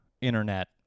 internet